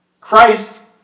Christ